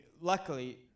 luckily